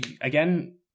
again